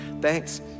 thanks